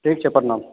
ठीक छै प्रणाम